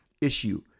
issue